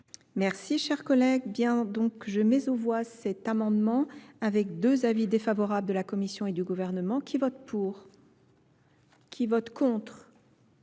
merci cher collègue bien donc je mets aux voix cet amendement avec deux avis défavorables de la commission et du gouvernement qui votent pour qui vote contre